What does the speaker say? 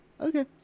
Okay